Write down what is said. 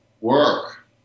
work